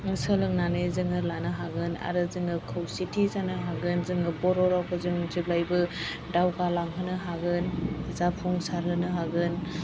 सोलोंनानै जोङो लानो हागोन आरो जोङो खौसेथि जानो हागोन जोङो बर' रावखौ जों जेब्लायबो दावगालांहोनो हागोन जाफुंसारहोनो हागोन